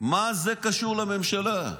מה זה קשור לממשלה?